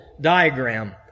diagram